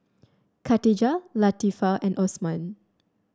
Katijah Latifa and Osman